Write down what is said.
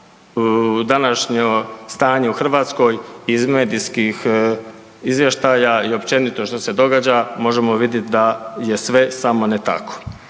današnje stanje u Hrvatskoj iz medijskih izvještaja i općenito što se događa možemo vidjeti da je sve samo ne tako.